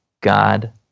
God